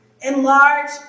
Enlarge